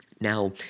Now